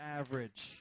average